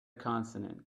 consonant